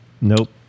Nope